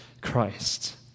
Christ